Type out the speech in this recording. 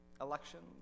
elections